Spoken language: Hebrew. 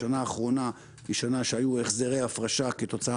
השנה האחרונה היא שנה שהיו החזרי הפרשה כתוצאה